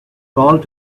called